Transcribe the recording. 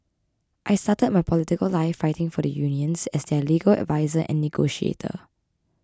I started my political life fighting for the unions as their legal adviser and negotiator